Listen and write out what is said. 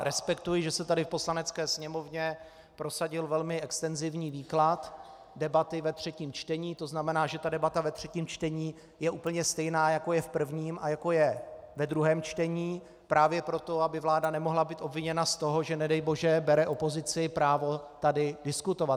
Respektuji, že se tady v Poslanecké Sněmovně prosadil velmi extenzivní výklad debaty ve třetím čtení, to znamená, že debata ve třetím čtení je úplně stejná, jako je v prvním a jako je ve druhém čtení, právě proto, aby vláda nemohla být obviněna z toho, že nedejbože bere opozici právo tady diskutovat.